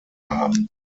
haben